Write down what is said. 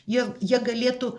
jie jie galėtų